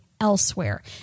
elsewhere